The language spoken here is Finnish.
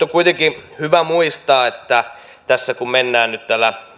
on kuitenkin hyvä muistaa että tässä kun mennään nyt tällä